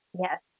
Yes